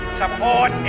support